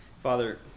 Father